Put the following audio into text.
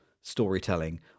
storytelling